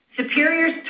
Superior's